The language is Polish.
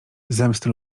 zemsty